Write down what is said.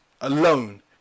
alone